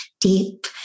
deep